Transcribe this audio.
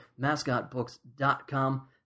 MascotBooks.com